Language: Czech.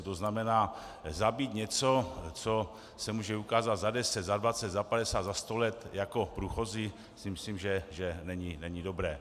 To znamená zabít něco, co se může ukázat za deset, za dvacet, za padesát, za sto let jako průchozí, si myslím, že není dobré.